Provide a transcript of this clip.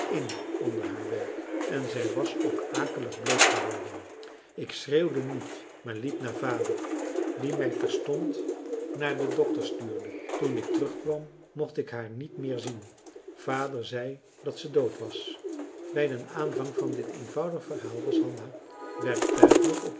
in onder haar werk en zij was ook akelig bleek geworden ik schreeuwde niet maar liep naar vader die mij terstond naar den dokter stuurde marcellus emants een drietal novellen toen ik terugkwam mocht ik haar niet meer zien vader zei dat zij dood was bij den aanvang van dit eenvoudig verhaal was hanna werktuigelijk op